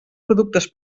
productes